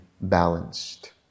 balanced